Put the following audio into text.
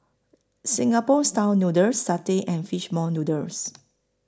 Singapore Style Noodles Satay and Fish Ball Noodles